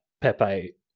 Pepe